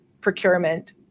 procurement